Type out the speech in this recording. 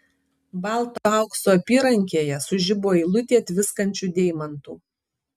balto aukso apyrankėje sužibo eilutė tviskančių deimantų